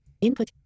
input